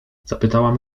zapytałam